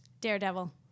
Daredevil